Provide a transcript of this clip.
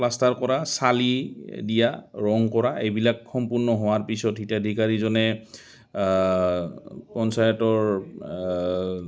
plaster কৰা চালি দিয়া ৰং কৰা এইবিলাক সম্পূৰ্ণ হোৱাৰ পিছত হিতাধিকাৰীজনে পঞ্চায়তৰ